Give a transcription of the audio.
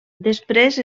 després